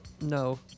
no